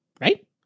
Right